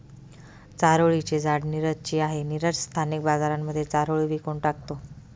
चारोळी चे झाड नीरज ची आहे, नीरज स्थानिक बाजारांमध्ये चारोळी विकून टाकतो